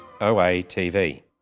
OATV